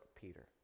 Peter